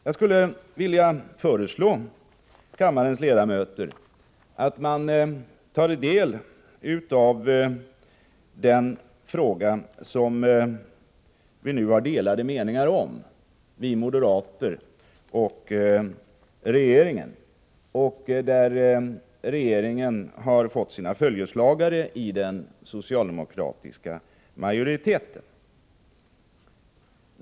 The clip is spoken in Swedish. Jag skulle vilja föreslå kammarens ledamöter att ta del av den fråga som vi har delade meningar om, vi moderater och regeringen, och där regeringen fått följeslagare i utskottsmajoriteten.